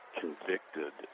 convicted